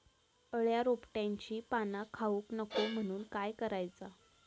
अळ्या रोपट्यांची पाना खाऊक नको म्हणून काय करायचा?